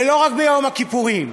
ולא רק ביום הכיפורים: